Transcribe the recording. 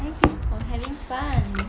having fun